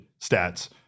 stats